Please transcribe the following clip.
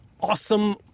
awesome